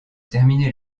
terminer